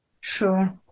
Sure